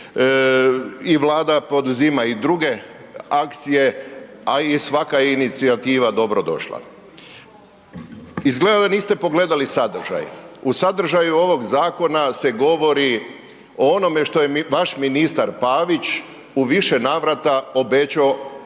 i Vlada poduzima i druge akcije, a i svaka je inicijativa dobro došla. Izgleda da niste pogledali sadržaj. U sadržaju ovog zakona se govori o onome što je vaš ministar Pavić u više navrata obećao pred